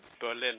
Berlin